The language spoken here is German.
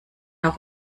auch